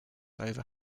over